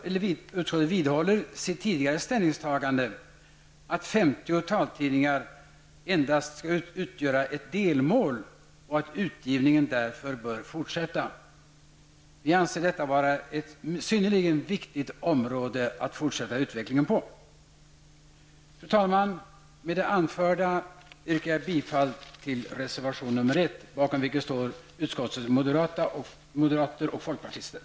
Utskottet vidhåller sitt tidigare ställningstagande, att 50 taltidningar endast skall utgöra ett delmål och att utgivningen därför bör fortsätta. Vi anser att det behövs en fortsatt utveckling på detta synnerligen viktiga område. Fru talman! Med det anförda yrkar jag bifall till reservation nr 1, som moderaternas och folkpartiets representanter i utskottet har undertecknat.